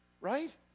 Right